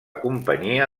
companyia